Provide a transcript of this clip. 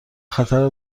خطر